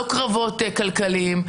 לא קרבות כלכליים,